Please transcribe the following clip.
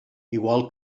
igual